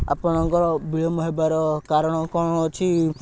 ଆପଣଙ୍କର ବିଳମ୍ବ ହେବାର କାରଣ କ'ଣ ଅଛି